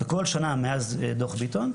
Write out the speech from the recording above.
בכל שנה מאז דוח ביטון,